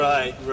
Right